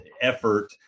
effort